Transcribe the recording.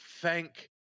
thank